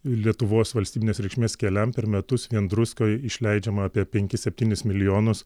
lietuvos valstybinės reikšmės keliams per metus vien druskai išleidžiama apie penkis septynis milijonus